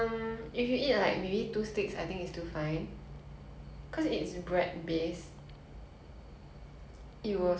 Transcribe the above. it will soak up all your gastric juice so I think it is not it makes your stomach comfortable enough to drink